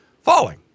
falling